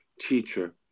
teacher